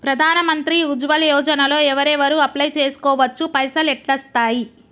ప్రధాన మంత్రి ఉజ్వల్ యోజన లో ఎవరెవరు అప్లయ్ చేస్కోవచ్చు? పైసల్ ఎట్లస్తయి?